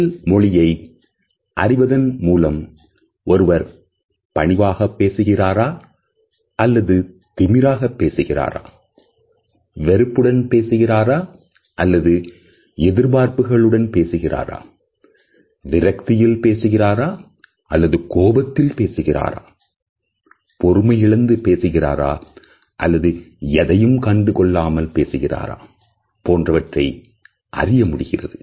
உடல் மொழியை அறிவதன் மூலம் ஒருவர் பணிவாக பேசுகிறாரா அல்லது திமிராக பேசுகிறாரா வெறுப்புடன் பேசுகிறாரா அல்லது எதிர்பார்ப்புகளுடன் பேசுகிறாரா விரக்தியில் பேசுகிறாரா அல்லது கோபத்தில் பேசுகிறாரா பொறுமை இழந்து பேசுகிறாரா அல்லது எதையும் கண்டுகொள்ளாமல் பேசுகிறாரா போன்றவற்றை அறிய முடிகிறது